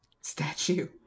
statue